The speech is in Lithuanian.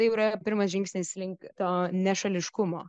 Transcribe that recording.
tai jau yra pirmas žingsnis link to nešališkumo